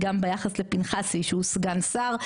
היא גם ביחס לפנחסי שהוא סגן שר,